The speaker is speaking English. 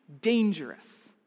dangerous